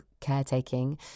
caretaking